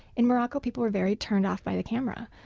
in morocco people were very turned off by the camera.